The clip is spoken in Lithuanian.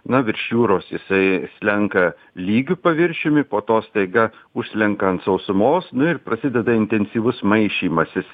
na virš jūros jisai slenka lygiu paviršiumi po to staiga užslenka ant sausumos nu ir prasideda intensyvus maišymasis